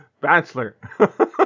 bachelor